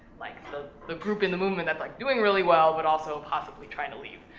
like, so the group in the movement that's, like, doing really well, but also impossibly trying to leave,